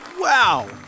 Wow